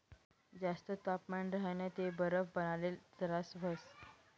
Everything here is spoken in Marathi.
जास्त तापमान राह्यनं ते बरफ बनाडाले तरास व्हस